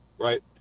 right